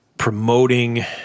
Promoting